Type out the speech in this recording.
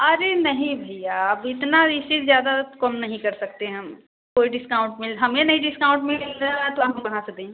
अरे नहीं भैया अब इतना इससे ज़्यादा तो कम नहीं कर सकते हम कोई डिस्काउंट मिल हमें नही डिस्काउंट मिल रहा है तो हम कहाँ से दें